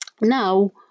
Now